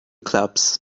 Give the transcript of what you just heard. clubs